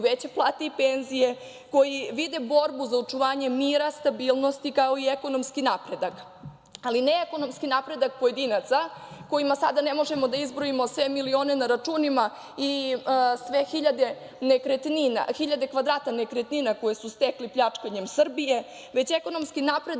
već plate i penzije, koji vide borbu za očuvanje mira, stabilnosti, kao i ekonomski napredak, ali ne ekonomski napredak pojedinaca kojima sada ne možemo da izbrojimo sve milione na računima i sve hiljade kvadrata nekretnina koje su stekli pljačkanjem Srbije, već ekonomski napredak